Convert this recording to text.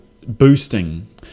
boosting